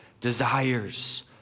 desires